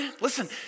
Listen